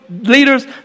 leaders